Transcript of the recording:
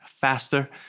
faster